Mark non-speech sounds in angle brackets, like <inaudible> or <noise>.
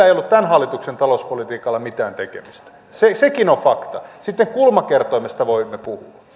<unintelligible> ei ollut tämän hallituksen talouspolitiikalla mitään tekemistä sekin on fakta sitten kulmakertoimesta voimme puhua